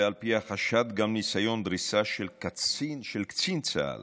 ועל פי החשד היה גם ניסיון דריסה של קצין צה"ל